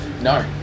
No